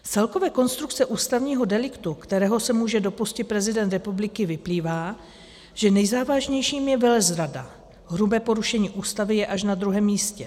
Z celkové konstrukce ústavního deliktu, kterého se může dopustit prezident republiky, vyplývá, že nejzávažnějším je velezrada, hrubé porušení Ústavy je až na druhém místě.